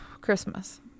Christmas